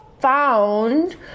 found